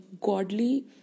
godly